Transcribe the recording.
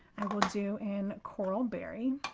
i will do in coral berry.